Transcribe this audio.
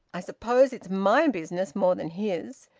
i suppose it's my business more than his.